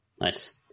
Nice